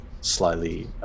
slightly